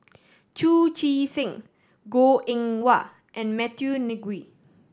Chu Chee Seng Goh Eng Wah and Matthew Ngui